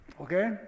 okay